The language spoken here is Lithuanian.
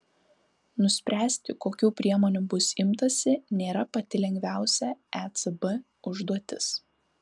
nuspręsti kokių priemonių bus imtasi nėra pati lengviausia ecb užduotis